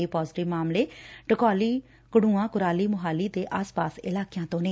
ਇਹ ਪਾਜ਼ੇਟਿਵ ਮਾਮਲੇ ਢਕੋਲੀ ਘੰਤੁਵਾਂ ਕੁਰਾਲੀ ਮੁਹਾਲੀ ਅਤੇ ਆਸ ਪਾਸ ਦੇ ਇਲਾਕਿਆਂ ਤੋਂ ਨੇ